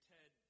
Ted